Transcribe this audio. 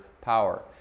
power